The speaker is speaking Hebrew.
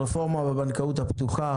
הרפורמה בבנקאות הפתוחה,